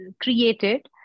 created